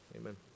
amen